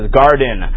garden